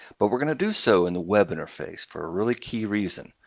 but we're going to do so in the web interface for a really key reason.